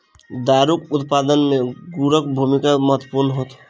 दारूक उत्पादन मे गुड़क भूमिका महत्वपूर्ण होइत अछि